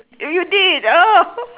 you did !oho!